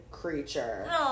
Creature